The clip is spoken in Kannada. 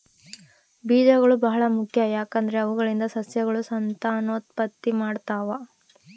ಬೀಜಗಳು ಬಹಳ ಮುಖ್ಯ, ಯಾಕಂದ್ರೆ ಅವುಗಳಿಂದ ಸಸ್ಯಗಳು ಸಂತಾನೋತ್ಪತ್ತಿ ಮಾಡ್ತಾವ